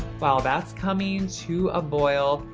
while that's coming to a boil,